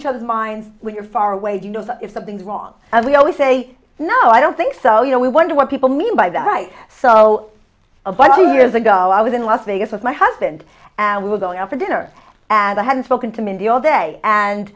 of mine when you're far away you know if something's wrong and we always say no i don't think so you know we wonder what people mean by that right so a bunch of years ago i was in las vegas with my husband and we were going out for dinner and i hadn't spoken to mindy all day and